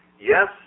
Yes